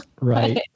right